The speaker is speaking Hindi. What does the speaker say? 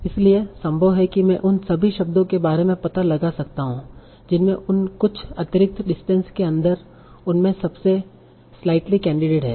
इसलिए संभव है कि मैं उन सभी शब्दों के बारे में पता लगा सकता हूं जिनमें उन कुछ अतिरिक्त डिस्टेंस के अन्दर उनमें सबसे स्लाइटली कैंडिडेट हैं